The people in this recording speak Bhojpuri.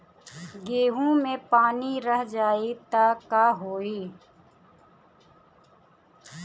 गेंहू मे पानी रह जाई त का होई?